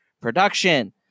production